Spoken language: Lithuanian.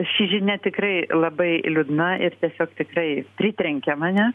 ši žinia tikrai labai liūdna ir tiesiog tikrai pritrenkė mane